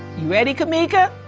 you ready, kameeka?